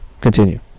Continue